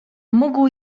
mógł